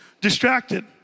distracted